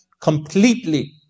completely